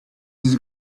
his